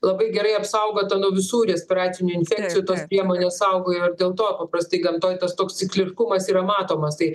labai gerai apsaugota nuo visų respiracinių infekcijų tos priemonės saugojo ir dėl to paprastai gamtoje tas toks cikliškumas yra matomas tai